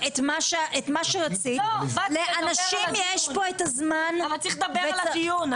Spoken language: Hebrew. ואת לא נותנת לה לדבר.